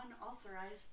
Unauthorized